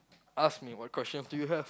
ask me what questions do you have